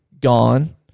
gone